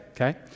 Okay